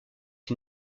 est